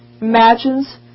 imagines